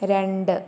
രണ്ട്